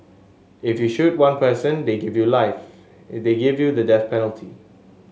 if you shoot one person they give you life they give you the death penalty